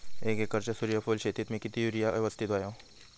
एक एकरच्या सूर्यफुल शेतीत मी किती युरिया यवस्तित व्हयो?